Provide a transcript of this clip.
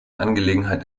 angelegenheiten